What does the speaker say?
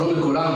שלום לכולם,